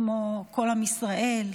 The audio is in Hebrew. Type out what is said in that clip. כמו כל עם ישראל.